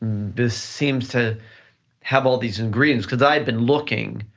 this seemed to have all these ingredients, cause i had been looking,